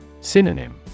Synonym